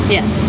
Yes